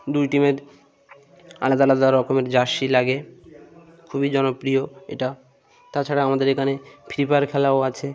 দুই টিমের আলাদা আলাদা রকমের জার্সি লাগে খুবই জনপ্রিয় এটা তাছাড়া আমাদের এখানে ফ্রি ফায়ার খেলাও আছে